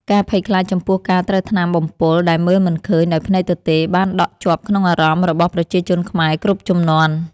ការភ័យខ្លាចចំពោះការត្រូវថ្នាំបំពុលដែលមើលមិនឃើញដោយភ្នែកទទេបានដក់ជាប់ក្នុងអារម្មណ៍របស់ប្រជាជនខ្មែរគ្រប់ជំនាន់។